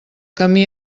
camí